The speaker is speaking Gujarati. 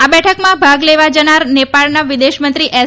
આ બેઠકમાં ભાગ લેવા નેપાળ જનાર વિદેશમંત્રી એસ